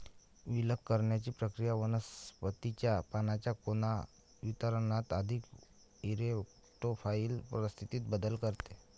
विलग करण्याची प्रक्रिया वनस्पतीच्या पानांच्या कोन वितरणात अधिक इरेक्टोफाइल परिस्थितीत बदल करते